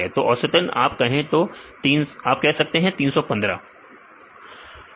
तो औसतन आप कह सकते हैं 315